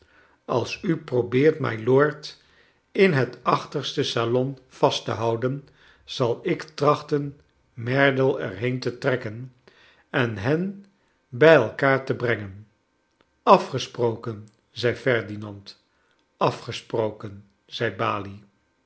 als u probeert mylord in het achterste salon vast te houden zal ik trachten merdle er heen te trekken en hen bij elkaar te brengen afgesproken zei ferdinand afgesproken zei balie